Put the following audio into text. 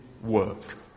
work